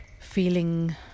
feeling